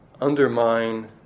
undermine